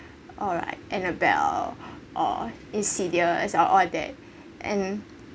or like annabel or insidious or all that and